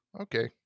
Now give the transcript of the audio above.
Okay